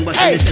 hey